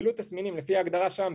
לפי ההגדרה שם,